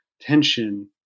tension